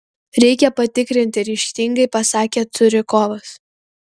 reikia patikrinti ryžtingai pasakė curikovas